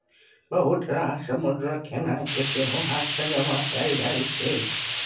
बहुत रास समुद्रक खेनाइ केँ सेहो हाथ सँ जमा कएल जाइ छै